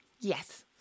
Yes